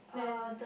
then